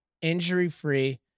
injury-free